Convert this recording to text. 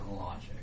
logic